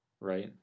Right